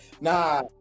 nah